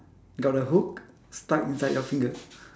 got the hook stuck inside your finger